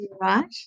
right